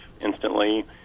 instantly